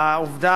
והעובדה,